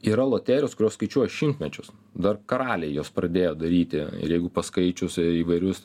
yra loterijos kurios skaičiuoja šimtmečius dar karaliai jas pradėjo daryti jeigu paskaičius įvairius